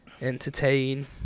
entertain